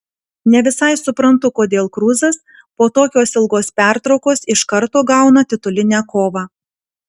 ne visai suprantu kodėl kruzas po tokios ilgos pertraukos iš karto gauna titulinę kovą